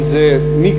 אם זה מיקס.